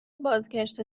بازگشت